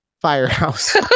Firehouse